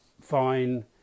fine